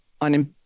on